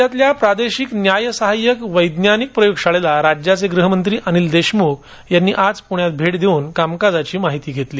राज्यातल्या प्रादेशिक न्यायसहाय्यक वैज्ञानिक प्रयोगशाळेला राज्याचे ग्रहमंत्री अनिल देशमुख यांनी आज पुण्यात भेट देऊन कामकाजाची माहिती घेतली